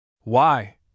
Why